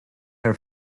her